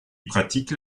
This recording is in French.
pratiquent